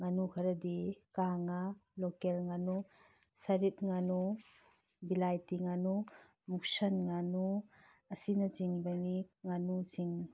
ꯉꯥꯅꯨ ꯈꯔꯗꯤ ꯀꯥꯡꯉꯥ ꯂꯣꯀꯦꯜ ꯉꯥꯅꯨ ꯁꯥꯔꯤꯠ ꯉꯥꯅꯨ ꯕꯤꯂꯥꯏꯇꯤ ꯉꯥꯅꯨ ꯃꯨꯛꯁꯟ ꯉꯥꯅꯨ ꯑꯁꯤꯅꯆꯤꯡꯕꯅꯤ ꯉꯥꯅꯨꯁꯤꯡ